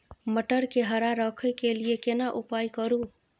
मटर के हरा रखय के लिए केना उपाय करू?